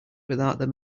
without